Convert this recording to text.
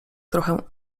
trochę